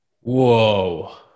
Whoa